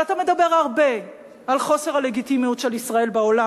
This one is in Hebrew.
אתה מדבר הרבה על חוסר הלגיטימיות של ישראל בעולם,